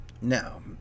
Now